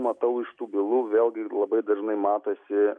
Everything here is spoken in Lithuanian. matau iš tų bylų vėlgi labai dažnai matosi